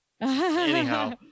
Anyhow